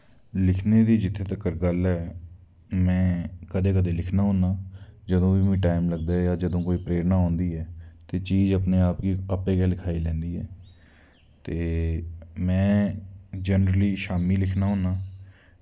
लिखने दी जित्थै तक्कर गल्ल ऐ में कदैं कदैं लिखना होना जदूं बी मिगी टैम लगदा ऐ जां जदूं कोई प्रेरणा औंदी ऐ ते चीज अपने आप गी आपै लखाई लैंदी ऐ ते मैं जरनली शामीं लिखना होन्ना